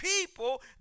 people